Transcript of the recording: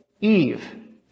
Eve